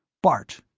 bart!